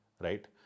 right